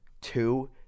two